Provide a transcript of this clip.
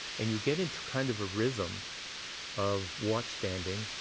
and you get into kind of a rhythm of watch-standing,